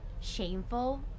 shameful